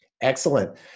Excellent